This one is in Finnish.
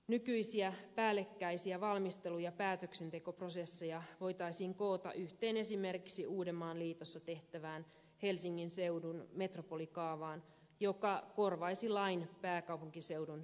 nykyisiä päällekkäisiä valmisteluja päätöksentekoprosesseja voitaisiin koota yhteen esimerkiksi uudenmaan liitossa tehtävään helsingin seudun metropolikaavaan joka korvaisi lain pääkaupunkiseudun yleiskaavasta